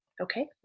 Okay